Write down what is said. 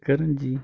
करंजी